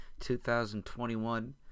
2021